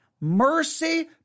mercy